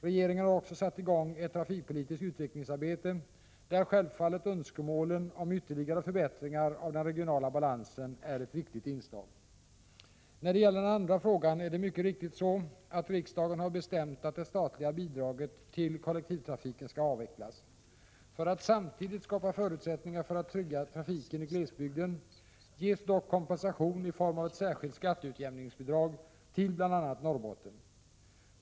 Regeringen har också satt i gång ett trafikpolitiskt utvecklingsarbete, där självfallet önskemålen om ytterligare förbättringar av den regionala balansen är ett viktigt inslag. När det gäller den andra frågan, är det mycket riktigt så att riksdagen har bestämt att det statliga bidraget till kollektivtrafiken skall avvecklas. För att samtidigt skapa förutsättningar för att trygga trafiken i glesbygden ges dock kompensation i form av ett särskilt skatteutjämningsbidrag till bl.a. Norrbotten.